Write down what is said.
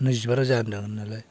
नैजिबा रोजा होनदों होननायालाय